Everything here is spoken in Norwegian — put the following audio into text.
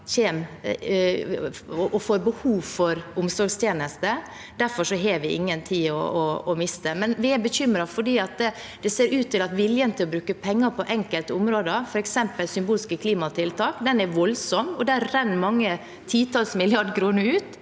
med behov for omsorgstjenester. Derfor har vi ingen tid å miste. Vi er bekymret fordi det ser ut til at viljen til å bruke penger på enkelte områder, f.eks. på symbolske klimatiltak, er voldsom. Der renner det mange titalls milliarder kroner ut,